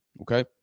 Okay